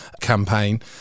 Campaign